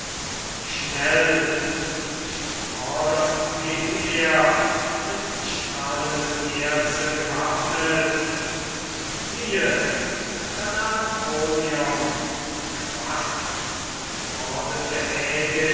schnell durch die vordersten ging er mit strahlendem erze gewappnet siehe da nahm kronion die quastumbordete